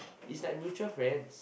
is like mutual friends